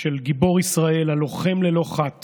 של גיבור ישראל הלוחם ללא חת